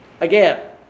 Again